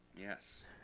Yes